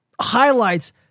highlights